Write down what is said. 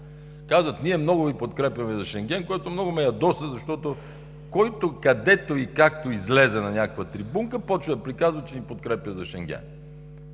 казват: ние много Ви подкрепяме за Шенген, което много ме ядоса, защото който, където и както излезе на някаква трибунка, започва да приказва, че ни подкрепя за Шенген.